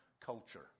culture